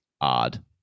odd